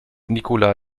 nicola